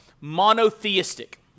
monotheistic